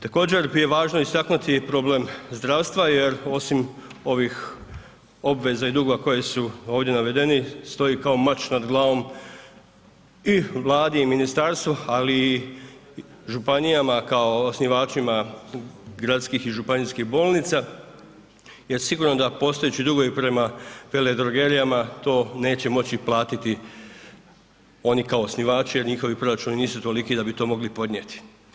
Također je važno istaknuti i problem zdravstva jer osim ovih obveza i dugova koje su ovdje navedeni stoji kao mač nad glavom i Vladi i ministarstvu, ali i županijama kao osnivačima gradskih i županijskih bolnica jer sigurno da postojeći dugovi prema veledrogerijama to neće moći platiti oni kao osnivači jer njihovi proračuni nisu toliki da bi to mogli podnijeti.